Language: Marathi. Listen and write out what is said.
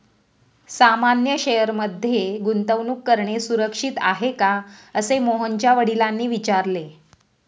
सामान्य शेअर मध्ये गुंतवणूक करणे सुरक्षित आहे का, असे मोहनच्या वडिलांनी विचारले